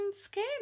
skin